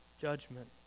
judgment